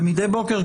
מדי בוקר,